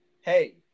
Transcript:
Hey